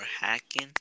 hacking